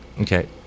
Okay